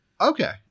Okay